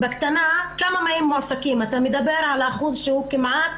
אתה מדבר על שיעור קטן מאוד,